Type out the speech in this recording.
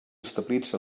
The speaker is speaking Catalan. establits